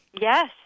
Yes